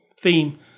theme